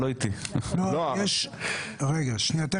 בדיונים כאן הלשכה המשפטית באמת השתדלה